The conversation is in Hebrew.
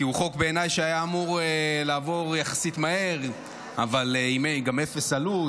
כי בעיניי הוא חוק שהיה אמור לעבור מהר יחסית וגם עם אפס עלות,